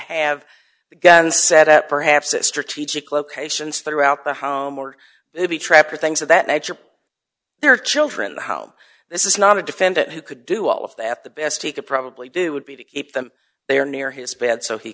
have a gun set up perhaps a strategic locations throughout the home or maybe trap or things of that nature there are children how this is not a defendant who could do all of that the best he could probably do would be to keep them there near his bed so he